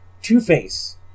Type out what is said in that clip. Two-Face